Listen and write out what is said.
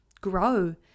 grow